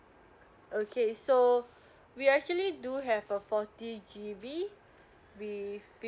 okay so we actually do have a forty G_B with